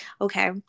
okay